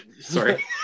sorry